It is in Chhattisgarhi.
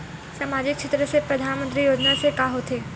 सामजिक क्षेत्र से परधानमंतरी योजना से का होथे?